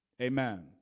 Amen